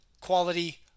quality